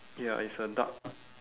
ya it's a dark